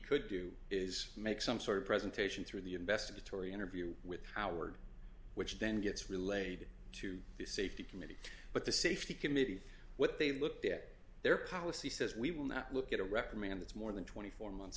could do is make some sort of presentation through the investigatory interview with howard which then gets relayed to the safety committee but the safety committee what they looked at their policy says we will not look at a reprimand that's more than twenty four months